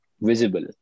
visible